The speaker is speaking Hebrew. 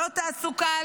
לא תעסוקה,